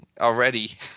already